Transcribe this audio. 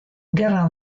gerra